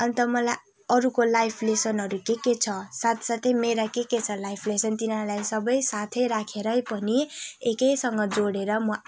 अन्त मलाई अरूको लाइफ लेसनहरू के के छ साथसाथै मेरा के के छ लाइफ लेसन तिनीहरूलाई सबै साथै राखेरै पनि एकैसँग जोडेर म